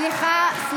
סליחה.